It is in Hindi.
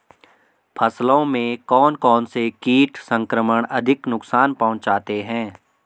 फसलों में कौन कौन से कीट संक्रमण अधिक नुकसान पहुंचाते हैं?